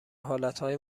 حالتهای